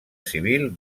civil